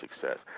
success